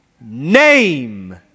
name